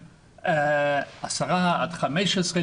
ש-10% עד 15%,